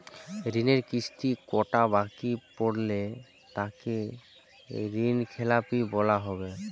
ঋণের কিস্তি কটা বাকি পড়লে তাকে ঋণখেলাপি বলা হবে?